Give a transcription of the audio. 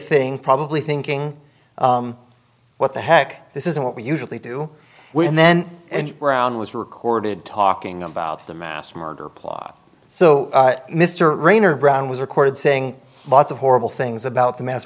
thing probably thinking what the heck this isn't what we usually do when then brown was recorded talking about the mass murder plot so mr raynor brown was recorded saying lots of horrible things about the mass